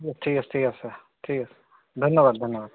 ঠিক আছে ঠিক আছে ঠিক আছে ধন্যবাদ ধন্যবাদ